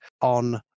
on